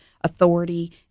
authority